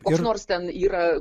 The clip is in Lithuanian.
koks nors ten yra